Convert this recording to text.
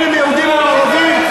אם יהודים ואם ערבים,